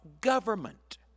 government